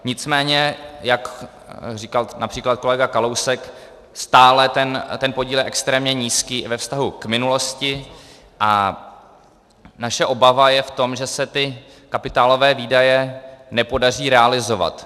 Nicméně jak říkal například kolega Kalousek, stále ten podíl je extrémně nízký ve vztahu k minulosti a naše obava je v tom, že se ty kapitálové výdaje nepodaří realizovat.